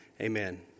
Amen